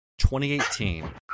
2018